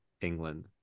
England